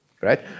right